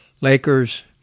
Lakers